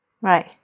right